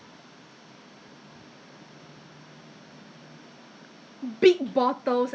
so 不错 right I think mask 好像 mask 我不懂有没有忘记了 leh but err hand sanitizers